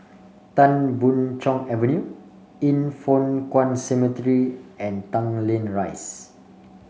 Tan Boon Chong Avenue Yin Foh Kuan Cemetery and Tanglin Rise